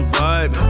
vibe